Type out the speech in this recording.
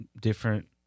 different